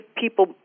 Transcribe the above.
people